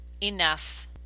enough